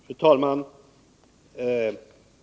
Fru talman!